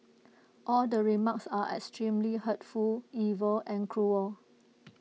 all the remarks are extremely hurtful evil and cruel